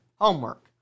Homework